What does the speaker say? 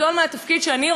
כחברת כנסת,